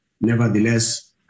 nevertheless